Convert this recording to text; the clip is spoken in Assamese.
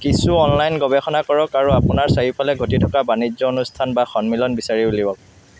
কিছু অনলাইন গৱেষণা কৰক আৰু আপোনাৰ চাৰিওফালে ঘটি থকা বাণিজ্য অনুষ্ঠান বা সন্মিলন বিচাৰি উলিয়াওক